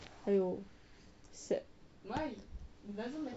!aiyo! sad